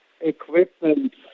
equipment